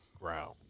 ground